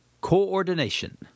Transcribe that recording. Coordination